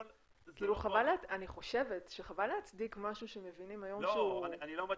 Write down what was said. אני חושבת שחבל להצדיק משהו שמבינים היום שהוא --- אני לא מצדיק,